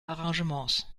arrangements